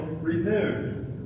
renewed